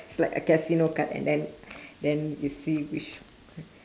it's like a casino card and then then you see which